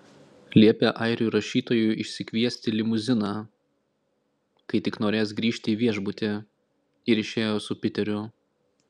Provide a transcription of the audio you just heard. liepė airių rašytojui išsikviesti limuziną kai tik norės grįžti į viešbutį ir išėjo su piteriu